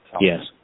Yes